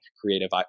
creative